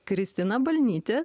kristina balnytė